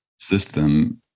system